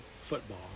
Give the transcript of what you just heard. football